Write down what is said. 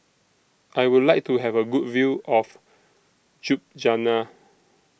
I Would like to Have A Good View of Ljubljana